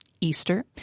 Easter